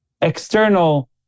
external